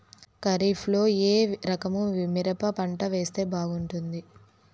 ఖరీఫ్ లో ఏ రకము మిరప పంట వేస్తే బాగుంటుంది